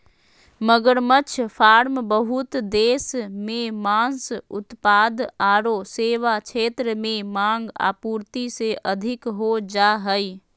मगरमच्छ फार्म बहुत देश मे मांस उत्पाद आरो सेवा क्षेत्र में मांग, आपूर्ति से अधिक हो जा हई